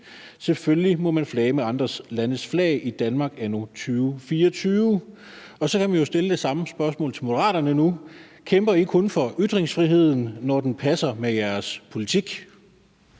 Selvfølgelig må man flage med andre landes flag i DK anno 2024.« Så kan man jo stille det samme spørgsmål til Moderaterne nu: Kæmper I kun for ytringsfriheden, når den passer med jeres politik?